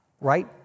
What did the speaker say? Right